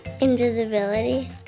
Invisibility